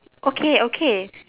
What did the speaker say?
okay okay